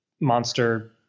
monster